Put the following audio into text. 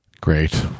Great